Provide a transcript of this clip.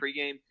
pregame